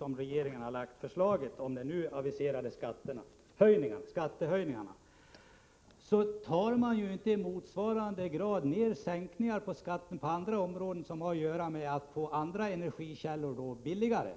av regeringens förslag till skattehöjningar, måste man införa motsvarande skattesänkningar på andra områden så att andra energikällor blir billigare.